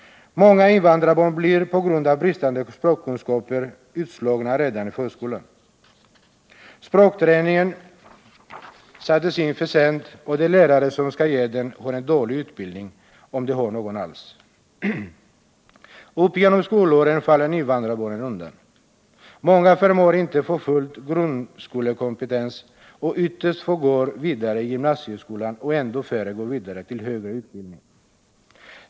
Många invandrarbarn slås ut redan i förskolan på grund av bristande språkkunskaper. Språkträningen sätts in för sent, och de lärare som skall ge den har en dålig utbildning — om de har någon alls. Upp genom skolåren faller invandrarbarnen undan. Många förmår inte att skaffa sig full grundskolekompetens, och ytterst få av dem går vidare till gymnasieskolan. Ännu färre går vidare till högre utbildning.